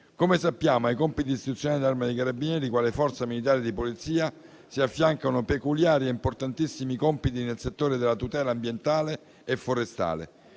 Come sappiamo, ai compiti istituzionali dell'Arma dei carabinieri quale forza militare di polizia si affiancano peculiari e importantissimi compiti nel settore della tutela ambientale e forestale: